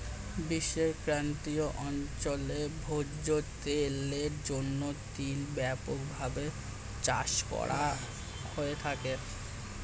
বিশ্বের ক্রান্তীয় অঞ্চলে ভোজ্য তেলের জন্য তিল ব্যাপকভাবে চাষ করা হয়ে থাকে